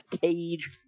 Cage